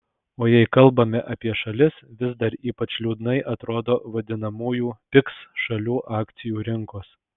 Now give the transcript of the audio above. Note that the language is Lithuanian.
o jei kalbame apie šalis vis dar ypač liūdnai atrodo vadinamųjų pigs šalių akcijų rinkos